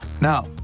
Now